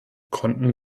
konnten